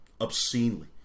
obscenely